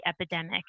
epidemic